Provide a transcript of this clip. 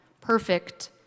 perfect